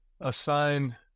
assign